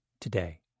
today